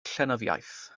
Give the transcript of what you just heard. llenyddiaeth